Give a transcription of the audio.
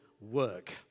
work